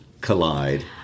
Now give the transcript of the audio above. collide